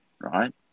right